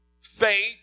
faith